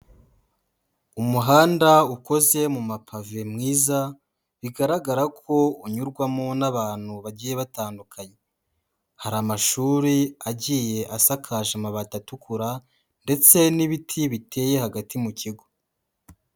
Umuhanda ukoze mu mapave mwiza bigaragara ko unyurwamo n'abantu bagiye batandukanye, hari amashuri agiye asakaje amabati atukura ndetse n'ibiti biteye hagati mu kigo.